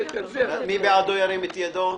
בעד ירים את ידו.